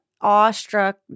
Awestruck